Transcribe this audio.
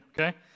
okay